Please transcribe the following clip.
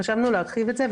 חשבנו להרחיב את זה,